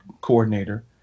coordinator